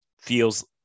feels